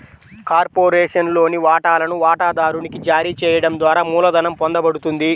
కార్పొరేషన్లోని వాటాలను వాటాదారునికి జారీ చేయడం ద్వారా మూలధనం పొందబడుతుంది